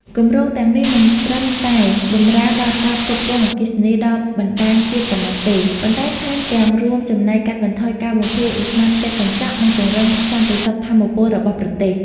គម្រោងទាំងនេះមិនត្រឹមតែបម្រើដល់ការផ្គត់ផ្គង់អគ្គិសនីដល់បណ្តាញជាតិប៉ុណ្ណោះទេ ប៉ុន្តែថែមទាំងរួមចំណែកកាត់បន្ថយការបំភាយឧស្ម័នផ្ទះកញ្ចក់ និងពង្រឹងសន្តិសុខថាមពលរបស់ប្រទេស។